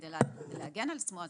כדי להגן על עצמו,